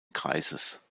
kreises